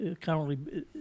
currently